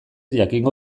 jakingo